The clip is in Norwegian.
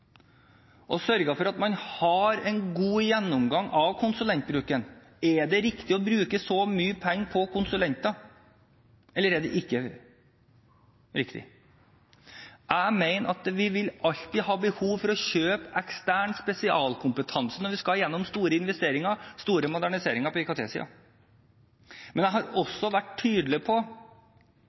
å sørge for at man har en god gjennomgang av konsulentbruken. Er det riktig å bruke så mye penger på konsulenter, eller er det ikke riktig? Jeg mener at vi alltid vil ha behov for å kjøpe ekstern spesialkompetanse når vi skal igjennom store investeringer og store moderniseringer på IKT-siden. Men jeg har også vært tydelig på